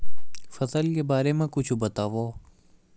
फसल के बारे मा कुछु बतावव